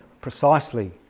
precisely